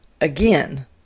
again